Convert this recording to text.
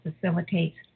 facilitates